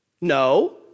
No